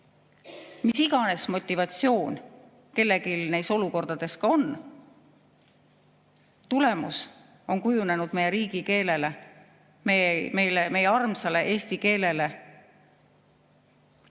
mis iganes motivatsioon kellelgi neis olukordades ka on. Tulemus on kujunenud meie riigikeelele, meie armsale eesti keelele